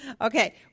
Okay